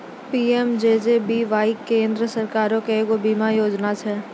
PMJJBY केन्द्र सरकारो के एगो बीमा योजना छै